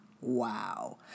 Wow